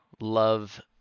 love